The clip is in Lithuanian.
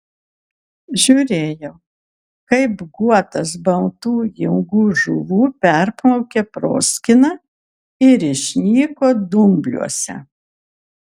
žiūrėjau kaip guotas baltų ilgų žuvų perplaukė proskyną ir išnyko dumbliuose